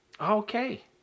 Okay